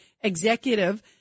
executive